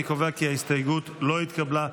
אני קובע כי ההסתייגות לא התקבלה.